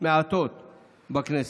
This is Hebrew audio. מעטות בכנסת.